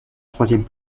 troisième